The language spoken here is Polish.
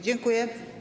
Dziękuję.